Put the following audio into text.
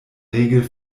regel